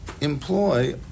employ